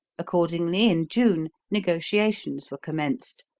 accordingly, in june, negotiations were commenced,